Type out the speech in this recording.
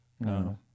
No